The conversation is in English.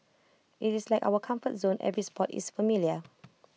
IT is like our comfort zone every spot is familiar